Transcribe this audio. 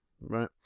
right